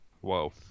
whoa